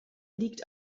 liegt